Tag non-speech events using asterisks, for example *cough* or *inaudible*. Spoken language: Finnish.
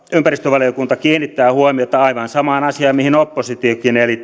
ympäristövaliokunta kiinnittää huomiota aivan samaan asiaan mihin oppositiokin eli *unintelligible*